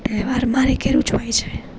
તહેવાર મારે ઘેર ઉજવાય છે